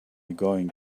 going